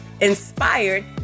inspired